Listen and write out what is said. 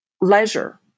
leisure